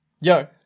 Yo